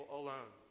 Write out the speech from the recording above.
alone